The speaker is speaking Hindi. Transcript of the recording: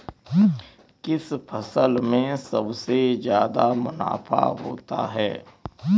किस फसल में सबसे जादा मुनाफा होता है?